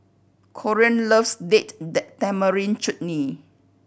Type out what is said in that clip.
Corean loves Date Tamarind Chutney